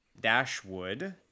Dashwood